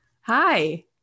Hi